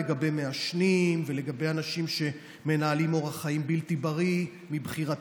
לגבי מעשנים ולגבי אנשים שמנהלים אורח חיים בלתי בריא מבחירתם,